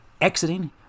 exiting